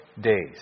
days